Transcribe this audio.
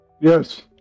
Yes